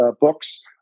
books